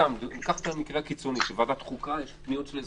סתם ניקח את המקרה הקיצוני שלוועדת החוקה יש פניות של אזרחים,